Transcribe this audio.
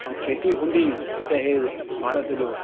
ऐं खेती हूंदी त हीअ भारत जो